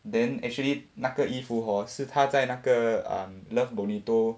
then actually 那个衣服 hor 是他在那个 um Love Bonito